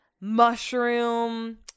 mushroom